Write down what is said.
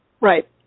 Right